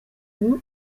ubu